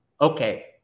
Okay